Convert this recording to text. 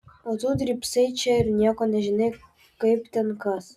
o tu drybsai čia ir nieko nežinai kaip ten kas